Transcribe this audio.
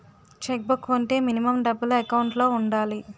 Check book వుంటే minimum డబ్బులు account లో ఉండాలి?